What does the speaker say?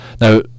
now